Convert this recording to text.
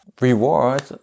reward